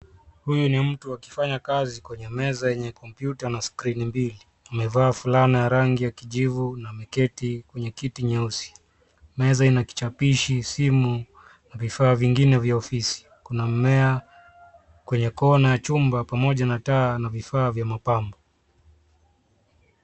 Huyu ni mtu akifanya kazi kwenye meza yenye kompyuta na skrini mbili. Amevaa fulana ya rangi ya kijivu na ameketi kwenye kiti nyeusi. Meza ina kichapishi, simu na vifaa vingine vya ofisi. Kuna mmea kwenye kona chumba pamoja na taa na vifaa vya mapambo.